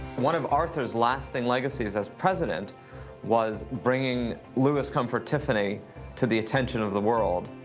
one of arthur's lasting legacies as president was bringing louis comfort tiffany to the attention of the world.